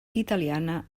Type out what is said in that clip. italiana